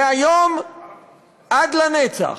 מהיום ולנצח.